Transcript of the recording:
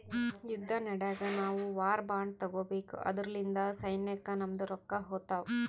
ಯುದ್ದ ನಡ್ಯಾಗ್ ನಾವು ವಾರ್ ಬಾಂಡ್ ತಗೋಬೇಕು ಅದುರ್ಲಿಂದ ಸೈನ್ಯಕ್ ನಮ್ದು ರೊಕ್ಕಾ ಹೋತ್ತಾವ್